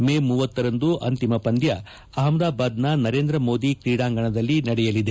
ಮೇ ಉರಂದು ಅಂತಿಮ ಪಂದ್ಯ ಅಪಮದಾಬಾದ್ನ ನರೇಂದ್ರಮೋದಿ ಕ್ರೀಡಾಂಗಣದಲ್ಲಿ ನಡೆಯಲಿದೆ